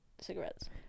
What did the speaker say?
cigarettes